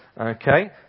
Okay